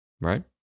right